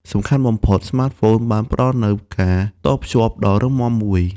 សំខាន់បំផុត ស្មាតហ្វូនបានផ្តល់នូវ ការតភ្ជាប់ ដ៏រឹងមាំមួយ។